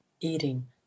eating